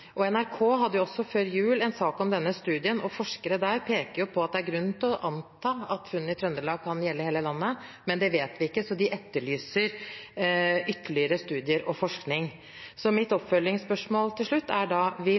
NRK hadde også før jul en sak om denne studien, og forskere der pekte på at det er grunn til å anta at funnene i Trøndelag kan gjelde hele landet. Men det vet vi ikke, så de etterlyser ytterligere studier og forskning. Så mitt oppfølgingsspørsmål til slutt er da: Vil